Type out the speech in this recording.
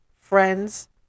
friends